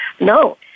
No